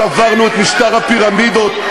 שברנו את משטר הפירמידות,